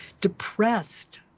depressed